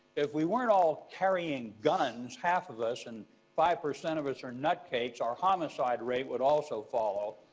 if we weren't all carrying guns half of us, and five percent of us are nut cakes, our homicide rate would also fall.